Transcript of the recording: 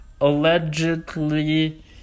Allegedly